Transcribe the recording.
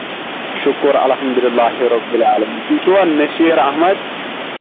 شُکُر الحمدُ اللہِ ربِ العالَمیٖن تُہۍ چھِوا نَصیٖر احمد